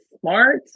smart